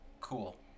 Cool